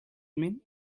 mean